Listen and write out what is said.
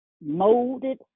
molded